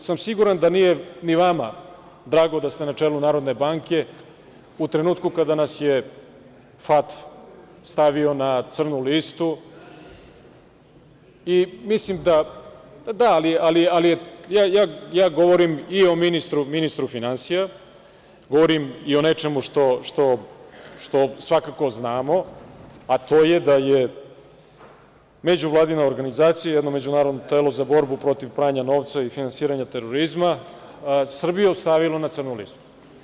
Siguran sam da nije ni vama drago da ste na čelu Narodne banke u trenutku kada nas je FATF stavio na crnu listu, i mislim da, ali ja govorim i ministru finansija i o nečemu što svakako znamo, a to je, Međuvladina organizacija za borbu protiv pranja novca i finansiranja terorizma, Srbiju stavilo na crnu listu.